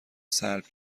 سلب